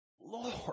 Lord